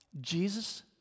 Jesus